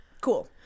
Cool